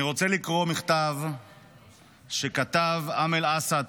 אני רוצה לקרוא מכתב שכתב אמל אסעד,